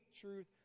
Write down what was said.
truth